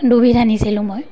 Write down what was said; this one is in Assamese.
দুবিধ আনিছিলোঁ মই